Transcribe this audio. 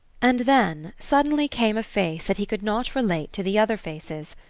and then, suddenly, came a face that he could not relate to the other faces.